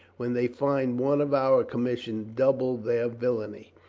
when they find one of our commission double their villainy?